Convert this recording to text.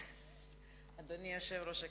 אדוני היושב-ראש,